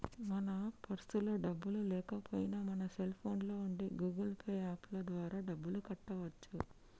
మన పర్సులో డబ్బులు లేకపోయినా మన సెల్ ఫోన్లో ఉండే గూగుల్ పే యాప్ ద్వారా డబ్బులు కట్టవచ్చు